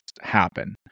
happen